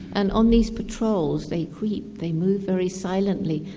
and on these patrols they creep, they move very silently.